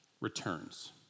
returns